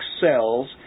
cells